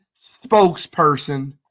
spokesperson